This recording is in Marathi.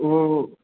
हो